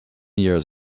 years